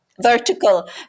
vertical